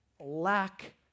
lack